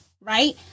right